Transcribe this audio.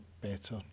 better